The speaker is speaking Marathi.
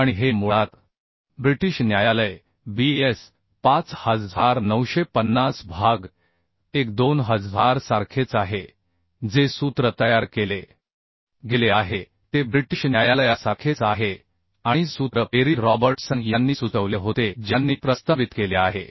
आणि हे मुळात ब्रिटीश न्यायालय BS 5950 भाग 1 2000 सारखेच आहे जे सूत्र तयार केले गेले आहे ते ब्रिटीश न्यायालयासारखेच आहे आणि सूत्र पेरी रॉबर्टसन यांनी सुचवले होते ज्यांनी प्रस्तावित केले आहे